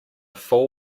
fool